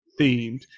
themed